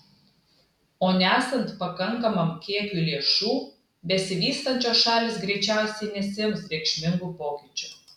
o nesant pakankamam kiekiui lėšų besivystančios šalys greičiausiai nesiims reikšmingų pokyčių